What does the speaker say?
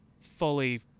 fully